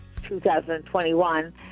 2021